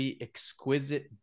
Exquisite